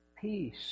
peace